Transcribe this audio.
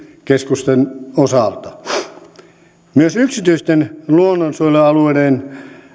keskusten osalta myös yksityisten luonnonsuojelualueiden